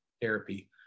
therapy